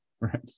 right